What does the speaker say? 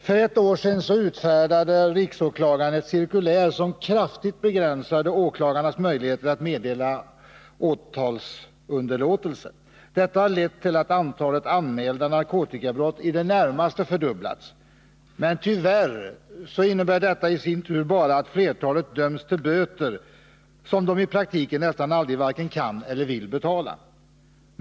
För ett år sedan utfärdade riksåklagaren ett cirkulär som kraftigt begränsade åklagarnas möjligheter att meddela åtalsunderlåtelse. Detta har lett till att antalet anmälda narkotikabrott i det närmaste fördubblats, men tyvärr innebär det i sin tur bara att flertalet döms till böter som de i praktiken nästan aldrig varken kan eller vill betala.